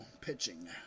pitching